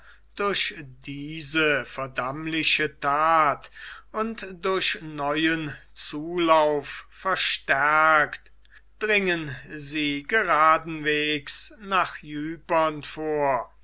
durch diese verdammliche that und durch neuen zulauf verstärkt dringen sie geraden wegs nach ypern vor